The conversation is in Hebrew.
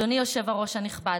אדוני היושב-ראש הנכבד,